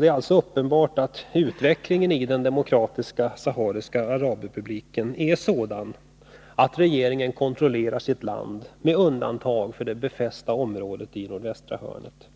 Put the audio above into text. Det är uppenbart att utvecklingen i Demokratiska sahariska arabrepubliken är sådan att regeringen kontrollerar sitt land med undantag för det befästa området i nordvästra hörnet,